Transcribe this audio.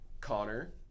Connor